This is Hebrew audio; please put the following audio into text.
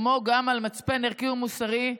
כמו גם על מצפן ערכי ומוסרי,